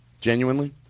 genuinely